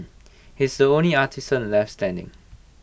he is the only artisan left standing